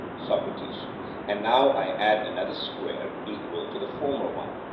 socrates and now i add another square equal to the former one?